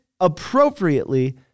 appropriately